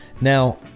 now